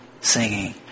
singing